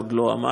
הוא עוד לא אמר,